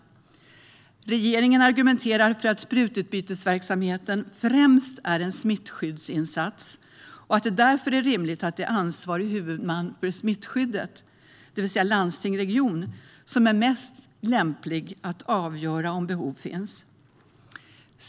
Regeringen argumenterar för att sprututbytesverksamheten främst är en smittskyddsinsats och att det därför är rimligt att det är den huvudman som ansvarar för smittskyddet, det vill säga landsting/region, som är bäst lämpad att avgöra om behov finns.